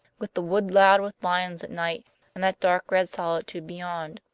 with the wood loud with lions at night and that dark red solitude beyond.